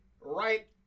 right